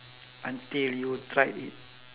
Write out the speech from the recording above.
until you tried it